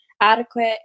adequate